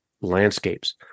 landscapes